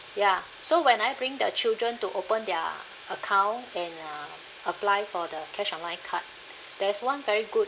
ya so when I bring the children to open their account and uh apply for the cash online card there's one very good